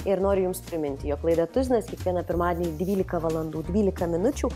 ir noriu jums priminti jog laida tuzinas kiekvieną pirmadienį dvylika valandų dvylika minučių